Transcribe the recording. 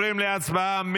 להצבעה.